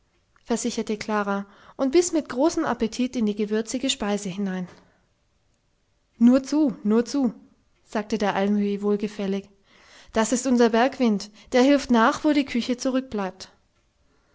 versicherte klara und biß mit großem appetit in die gewürzige speise hinein nur zu nur zu sagte der almöhi wohlgefällig das ist unser bergwind der hilft nach wo die küche zurückbleibt